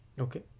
Okay